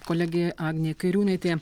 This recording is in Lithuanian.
kolegė agnė kairiūnaitė